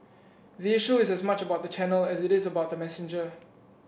the issue is as much about the channel as it is about the messenger